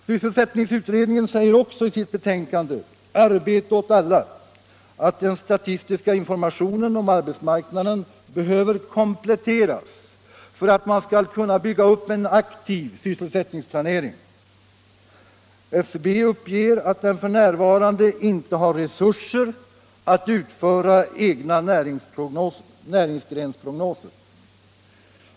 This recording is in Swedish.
Sysselsättningsutredningen säger också i sitt betänkande Arbete åt alla att den statistiska informationen om arbetsmarknaden behöver kompletteras för att man skall kunna bygga upp en aktiv sysselsättningsplanering. SCB uppger att SCB f.n. inte har resurser att utföra egna näringsgrensprognoser.